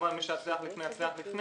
את הטפסים.